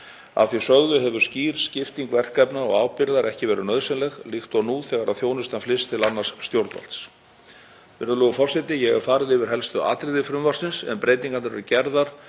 Að því sögðu hefur skýr skipting verkefna og ábyrgðar ekki verið nauðsynleg, líkt og nú þegar þjónustan flyst til annars stjórnvalds.